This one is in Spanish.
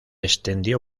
extendió